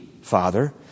Father